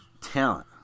talent